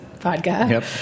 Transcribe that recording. vodka